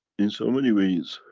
in so many ways,